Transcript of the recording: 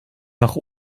nach